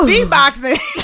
beatboxing